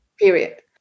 Period